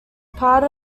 part